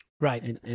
Right